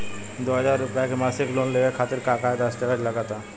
दो हज़ार रुपया के मासिक लोन लेवे खातिर का का दस्तावेजऽ लग त?